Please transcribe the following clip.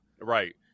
right